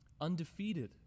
undefeated